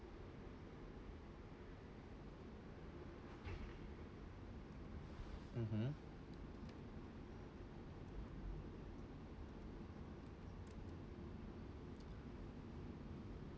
mmhmm